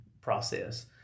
process